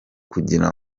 kugira